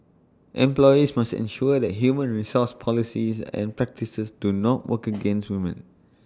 employers must ensure that human resource policies and practices do not work against women